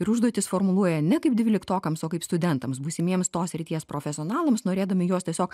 ir užduotis formuluoja ne kaip dvyliktokams o kaip studentams būsimiems tos srities profesionalams norėdami juos tiesiog